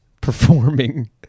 performing